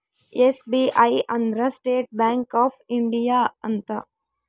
SBI ಅಂದ್ರ state bank of India ಅಂತ